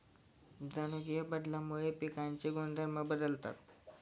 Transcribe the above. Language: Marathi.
जनुकीय बदलामुळे पिकांचे गुणधर्म बदलतात